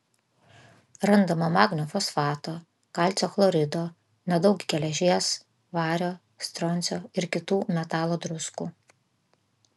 randama magnio fosfato kalcio chlorido nedaug geležies vario stroncio ir kitų metalo druskų